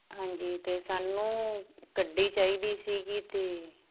ਹਾਂਜੀ ਅਤੇ ਸਾਨੂੰ ਗੱਡੀ ਚਾਹੀਦੀ ਸੀਗੀ ਅਤੇ